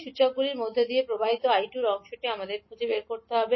সূচকগুলির মধ্য দিয়ে প্রবাহিত I 2 এর অংশটি আমাদের খুঁজে বের করতে হবে